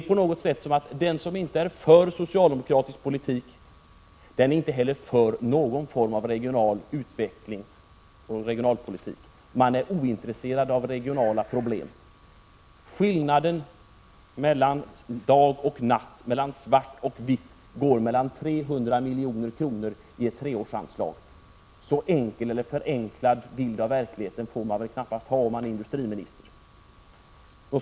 På något sätt tycks man mena att den som inte är för socialdemokratisk politik är inte heller för regionalpolitik eller någon form av regional utveckling utan ointresserad av regionala problem. Skiljelinjen mellan dag och natt, mellan svart och vitt går ej vid 300 milj.kr. i ett treårsanslag. En så förenklad bild av verkligheten får man väl knappast ha, om man är industriminister.